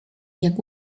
jak